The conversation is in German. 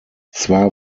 zwar